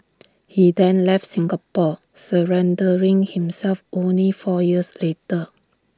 he then left Singapore surrendering himself only four years later